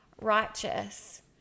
righteous